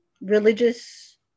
religious